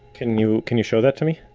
can you can you show that to me?